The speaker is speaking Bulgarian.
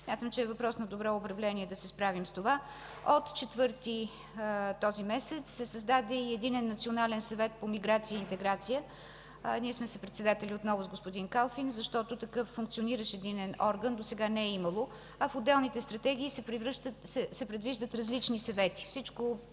Смятам, че е въпрос на добро управление да се справим с това. От 4-и този месец се създаде Единен национален съвет по миграция и интеграция. Ние сме съпредседатели отново с господин Калфин, защото такъв функциониращ единен орган досега не е имало, а в отделните стратегии се предвиждат различни съвети.